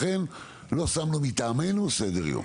לכן לא שמנו מטעמנו סדר יום.